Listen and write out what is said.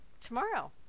tomorrow